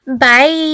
bye